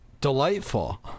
delightful